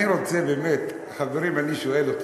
אני רוצה באמת, חברים, אני שואל אתכם,